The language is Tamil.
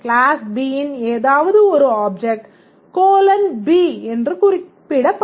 க்ளாஸ் B யின் ஏதாவது ஒரு ஆப்ஜெக்ட் B என்று குறிப்பிடப்படும்